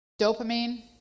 dopamine